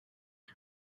are